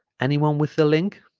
anyone with the link